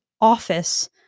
office